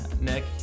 Nick